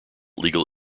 legal